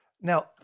Now